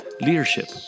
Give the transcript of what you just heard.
leadership